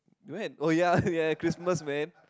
when oh ya ya Christmas man